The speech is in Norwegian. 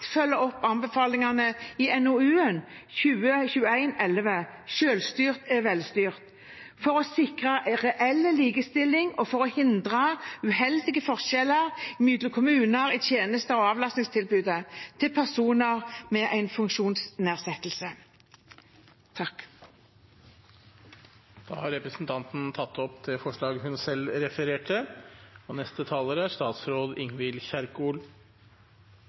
følge opp anbefalingene i NOU 2021:11 Selvstyrt er velstyrt, for å sikre reell likestilling og for å hindre uheldige forskjeller mellom kommuner i tjeneste- og avlastningstilbudet til personer med en funksjonsnedsettelse.» Da har representanten Olaug Vervik Bollestad tatt opp det forslaget hun refererte. Riksrevisjonens undersøkelse av helse- og